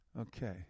Okay